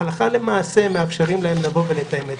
והלכה למעשה מאפשרים להם לתאם עדויות.